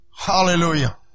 Hallelujah